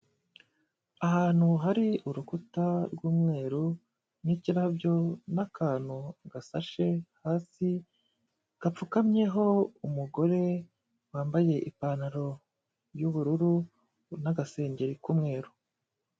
Ahantu hari urukuta rw'umweru n'ikirabyo n'akantu gasashe hasi, gapfukamyeho umugore wambaye ipantaro y'ubururu n'agasengeri k'umweru.